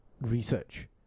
research